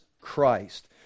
Christ